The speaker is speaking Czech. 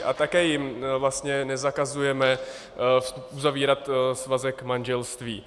A také jim vlastně nezakazujeme uzavírat svazek manželství.